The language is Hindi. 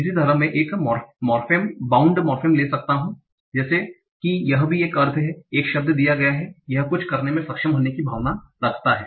इसी तरह मैं एक मोर्फेम बाउंड मोर्फेम ले सकता हूँ जैसे कि यह भी एक अर्थ है कि एक शब्द दिया गया है यह कुछ करने में सक्षम होने की भावना रखता है